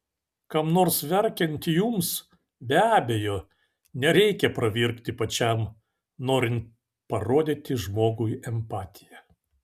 kam nors verkiant jums be abejo nereikia pravirkti pačiam norint parodyti žmogui empatiją